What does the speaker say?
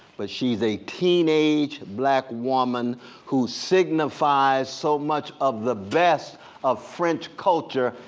but she's a teenage black woman who signifies so much of the best of french culture,